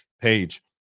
page